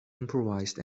improvised